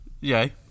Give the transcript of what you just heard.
Yay